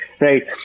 right